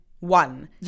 One